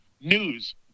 news